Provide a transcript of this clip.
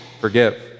forgive